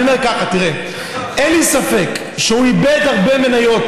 אני אומר ככה: אין לי ספק שהוא איבד הרבה מניות